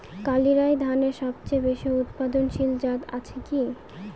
কালিরাই ধানের সবচেয়ে বেশি উৎপাদনশীল জাত আছে কি?